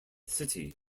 city